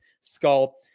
Skull